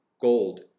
gold